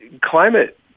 climate